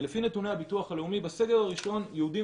ולפי נתוני הביטוח הלאומי בסגר הראשון יהודים